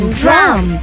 drum